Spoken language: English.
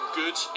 good